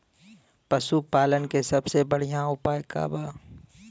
पशु पालन के सबसे बढ़ियां उपाय का बा?